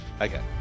Okay